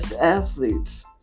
athletes